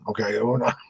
okay